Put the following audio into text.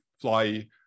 fly